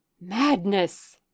Madness